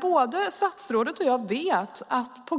Både statsrådet och jag vet att